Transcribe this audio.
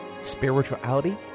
spirituality